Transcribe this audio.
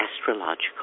astrological